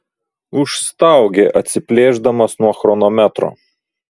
užstaugė atsiplėšdamas nuo chronometro